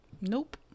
nope